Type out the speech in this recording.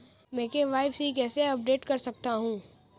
मैं के.वाई.सी कैसे अपडेट कर सकता हूं?